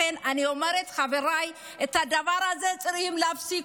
לכן אני אומרת, חבריי, את הדבר הזה צריכים להפסיק.